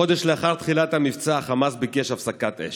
חודש לאחר תחילת המבצע חמאס ביקש הפסקת אש,